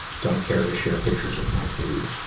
don't care to share pictures of my food.